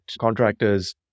contractors